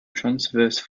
transverse